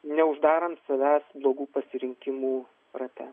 neuždarant savęs blogų pasirinkimų rate